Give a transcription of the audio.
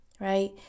right